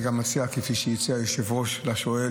אני גם מציע כפי שהציע היושב-ראש לשואל,